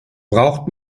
braucht